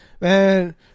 Man